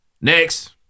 Next